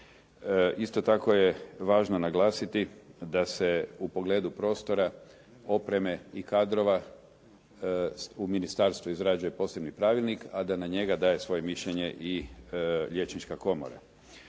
Isto tako je važno naglasiti da se u pogledu prostora, opreme i kadrova u ministarstvu izrađuje posebni pravilnik a da na njega daje svoje mišljenje i Liječnička komora.